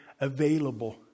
available